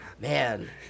Man